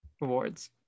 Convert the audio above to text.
rewards